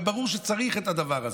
וברור שצריך את הדבר הזה.